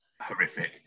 horrific